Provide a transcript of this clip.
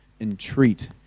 entreat